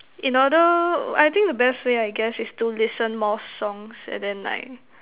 in order I think the best way I guess is to listen more songs and then like